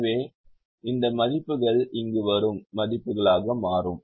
எனவே இந்த மதிப்புகள் இங்கு வரும் மதிப்புகளாக மாறும்